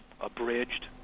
abridged